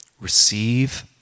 Receive